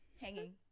hanging